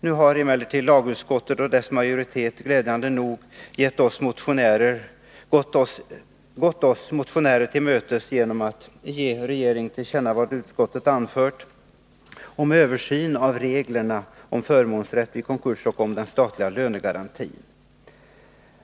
Nu har emellertid lagutskottet och dess majoritet glädjande nog gått oss motionärer till mötes genom att hemställa att riksdagen skall ge regeringen till känna vad utskottet anfört om en översyn av reglerna om förmånsrätt vid konkurs och om den statliga lönegarantin.